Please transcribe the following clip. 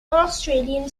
australian